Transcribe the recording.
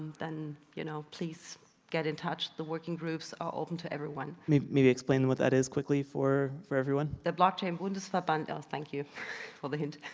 then you know, please get in touch. the working groups are open to everyone. greg maybe explain what that is quickly for for everyone the blockchain bundesverband, thank you for the hint. i